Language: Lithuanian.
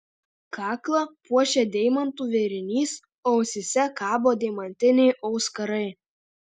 kaklą puošia deimantų vėrinys ausyse kabo deimantiniai auskarai